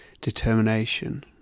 determination